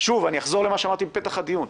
אני אחזור על דבריי בפתח הדיון,